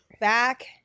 back